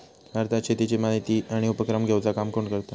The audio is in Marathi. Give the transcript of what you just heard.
भारतात शेतीची माहिती आणि उपक्रम घेवचा काम कोण करता?